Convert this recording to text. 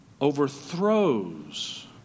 overthrows